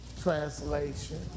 Translation